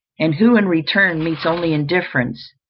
and who in return meets only indifference,